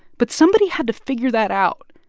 but somebody had to figure that out,